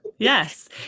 Yes